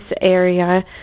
area